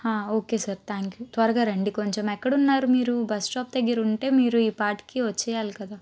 okay sir thank you త్వరగా రండి కొంచెం ఎక్కడున్నారు మీరు బస్ స్టాప్ దగ్గర ఉంటే మీరు ఈపాటికి వచ్చేయాలి కదా